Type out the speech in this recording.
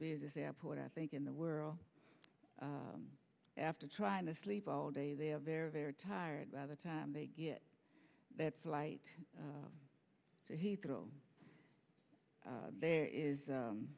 busiest airport i think in the world after trying to sleep all day they are very very tired by the time they get that flight to heathrow there is